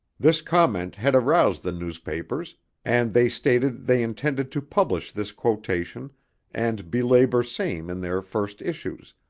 this comment had aroused the newspapers and they stated they intended to publish this quotation and belabor same in their first issues,